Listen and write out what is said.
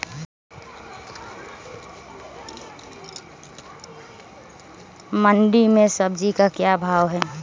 मंडी में सब्जी का क्या भाव हैँ?